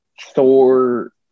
Thor